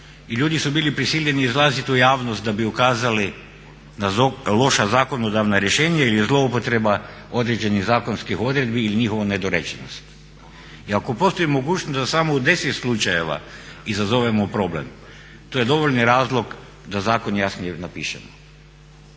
i ljudi su bili prisiljeni izlaziti u javnost da bi ukazali na loša zakonodavna rješenja ili zlouporabe određenih zakonskih odredbi ili njihovu nedorečenost. I ako postoji mogućnost da samo u 10 slučajeva izazovemo problem to je dovoljni razlog da zakon jasnije napišemo.